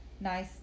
nice